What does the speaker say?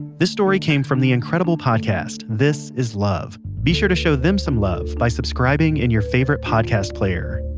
this story came from the wonderful and kind of podcast, this is love. be sure to show them some love by subscribing in your favorite podcast player.